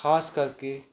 ਖਾਸ ਕਰਕੇ